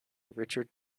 richard